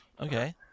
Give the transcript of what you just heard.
okay